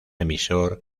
emisor